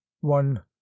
one